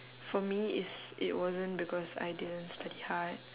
for me is it wasn't because I didn't study hard